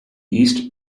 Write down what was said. east